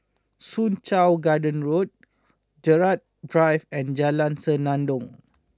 Soo Chow Garden Road Gerald Drive and Jalan Senandong